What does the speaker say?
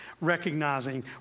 recognizing